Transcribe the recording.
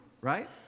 right